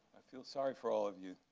i feel sorry for all of you.